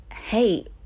hey